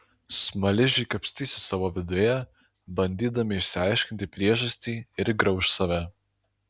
smaližiai kapstysis savo viduje bandydami išsiaiškinti priežastį ir grauš save